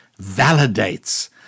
validates